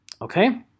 Okay